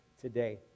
today